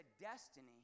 destiny